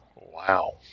Wow